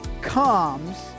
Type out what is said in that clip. comes